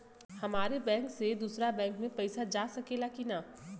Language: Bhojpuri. हमारे बैंक से दूसरा बैंक में पैसा जा सकेला की ना?